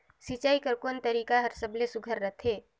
सिंचाई कर कोन तरीका हर सबले सुघ्घर रथे?